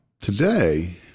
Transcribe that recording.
today